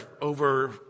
over